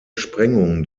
sprengung